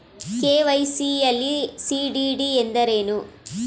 KYC ಯಲ್ಲಿ CDD ಎಂದರೇನು?